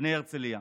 בני הרצליה.